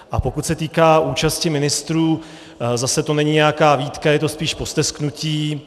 A pokud se týká účasti ministrů, zase to není nějaká výtka, je to spíše postesknutí.